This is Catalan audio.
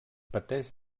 pateix